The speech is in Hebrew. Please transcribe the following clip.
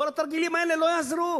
כל התרגילים האלה לא יעזרו.